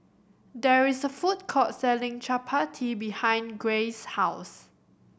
there is a food court selling Chapati behind Grayce's house